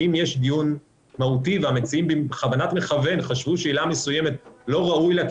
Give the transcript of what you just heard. אם יש דיון מהותי והמציעים בכוונת מכוון חשבו שעלה מסוימת לא ראוי לה,